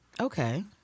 Okay